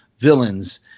villains